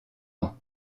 ans